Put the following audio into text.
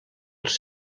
els